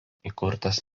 įkurtas